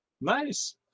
Nice